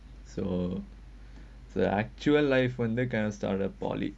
so the actual life when they kind of start from polytechnic